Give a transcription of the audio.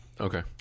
Okay